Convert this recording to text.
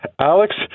Alex